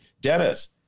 Dennis